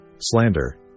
slander